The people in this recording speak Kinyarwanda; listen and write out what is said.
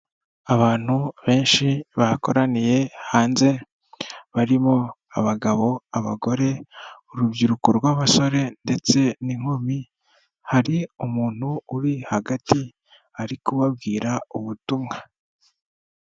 Abantu benshi bakoraniye hanze barimo: abagabo, abagore, urubyiruko rw'abasore ndetse n'inkumi, hari umuntu uri hagati ari kubabwira ubutumwa.